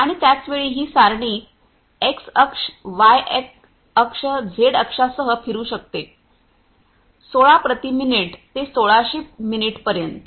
आणि त्याच वेळी ही सारणी एक्स अक्ष वाय अक्ष झेड अक्षासह फिरू शकते 16 प्रति मिनिट ते 1600 मिनिट पर्यंत